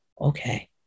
okay